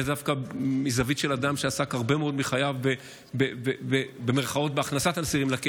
אני מדבר דווקא מזווית של אדם שעסק הרבה מאוד מחייו בהכנסת אסירים לכלא.